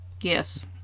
yes